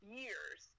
years